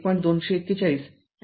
२४१ ampere आहे